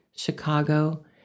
Chicago